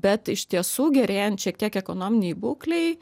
bet iš tiesų gerėjant šiek tiek ekonominei būklei